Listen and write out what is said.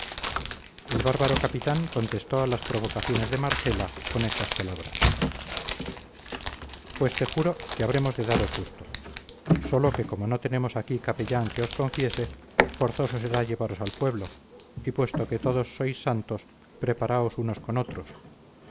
el bárbaro capitán contestó a las provocaciones de marcela con estas palabras pues te juro que habremos de daros gusto sólo que como no tenemos aquí capellán que os confiese forzoso será llevaros al pueblo y puesto que todos sois santos preparaos unos con otros